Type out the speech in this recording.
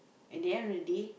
at the end of the day